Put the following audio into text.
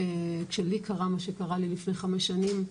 כשלי קרה מה שקרה לי לפני חמש שנים,